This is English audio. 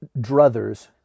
druthers